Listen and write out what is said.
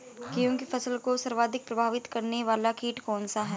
गेहूँ की फसल को सर्वाधिक प्रभावित करने वाला कीट कौनसा है?